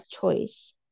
choice